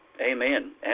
Amen